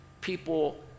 people